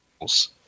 rules